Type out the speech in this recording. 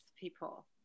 people